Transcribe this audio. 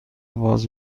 باز